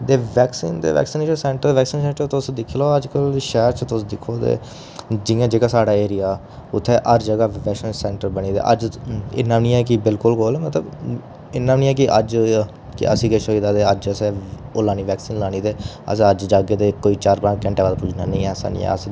ते वैक्सीन ते vaccination centre vaccination centre तुस दिक्खी लाओ तुस अजकल शैह्र च तुस दिक्खो ते जि'यां जेह्का साढ़ा एरिया उत्थै हर जगह् वैक्सीनेशन सेंटर बनी दे अज्ज इन्ना बी निं है कि बिल्कुल कोल मतलब इन्ना बी निं है कि अज्ज कि असें किश होई जंदा ते अ'सें ओह् वैक्सीन लानी ते अस अज्ज जाह्गे जे कोई चार पंज घैंटे बाद पुज्जना नेईं ऐसा निं है अस